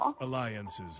Alliances